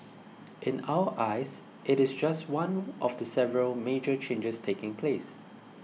in our eyes it is just one of the several major changes taking place